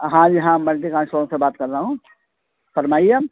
ہاں جی ہاں ملٹی کار شو روم سے بات کر رہا ہوں فرمائیے آپ